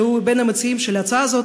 שהוא בין המציעים של ההצעה הזו,